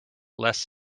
less